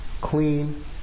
clean